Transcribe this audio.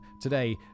today